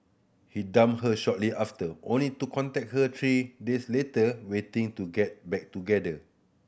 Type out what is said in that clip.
he dumped her shortly after only to contact her three days later waiting to get back together